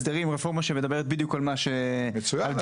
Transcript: עשינו מכרז על קרקע בבעלות עיריית רמת השרון עם זכויות ל - 15